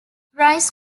rice